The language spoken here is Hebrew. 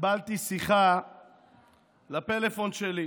קיבלתי שיחה לפלאפון שלי.